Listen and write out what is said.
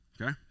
okay